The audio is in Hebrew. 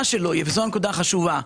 מה שלא יהיה, וזו הנקודה החשובה,